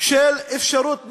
של אפשרות ממשית,